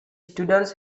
students